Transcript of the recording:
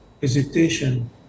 hesitation